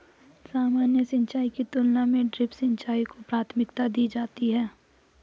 सामान्य सिंचाई की तुलना में ड्रिप सिंचाई को प्राथमिकता दी जाती है